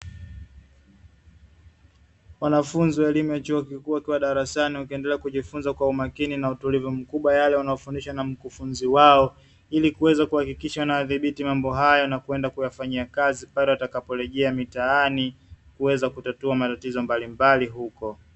Wanafunzi wa elimu ya chuo kikuu wakiwa darasani wakiendelea kujifunza kwa umakini na utulivu mkubwa yale wanayofundishwa na mkufunzi wao, ili kuweza kuhakikisha wanayadhibiti mambo hayo na kwenda kuyafanyia kazi pale watakaporejea mitaani, kuweza kutatua matatizo mbalimbali huko.